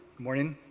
morning.